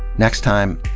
next time,